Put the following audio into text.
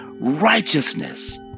righteousness